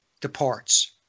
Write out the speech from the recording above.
departs